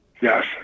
Yes